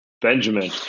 Benjamin